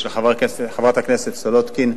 של חברת הכנסת סולודקין.